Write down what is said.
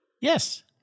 Yes